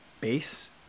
base